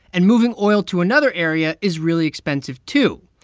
and moving oil to another area is really expensive too.